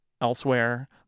elsewhere